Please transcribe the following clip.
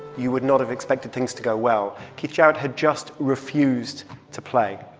you would not have expected things to go well. keith jarrett had just refused to play.